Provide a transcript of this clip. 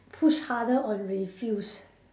push harder on refuse